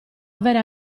avere